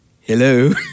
hello